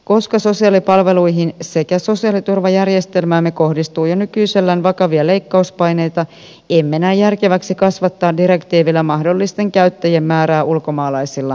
koska sosiaalipalveluihin sekä sosiaaliturvajärjestelmäämme kohdistuu jo nykyisellään vakavia leikkauspaineita emme näe järkeväksi kasvattaa direktiivillä mahdollisten käyttäjien määrää ulkomaalaisilla työntekijöillä